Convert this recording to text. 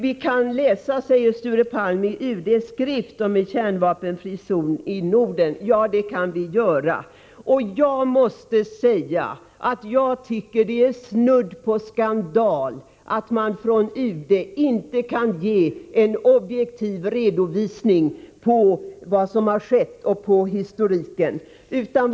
Vi kan läsa, sade Sture Palm, i UD:s skrift om en kärnvapenfri zon i Norden. Ja, det kan vi göra! Jag måste säga att jag tycker att det är snudd på skandal att UD inte kan lämna en objektiv redovisning av vad som har skett och göra en objektiv historik.